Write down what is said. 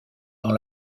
dans